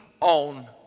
on